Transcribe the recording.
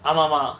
ஆமா மா:aama ma